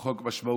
הוא חוק משמעותי.